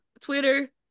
Twitter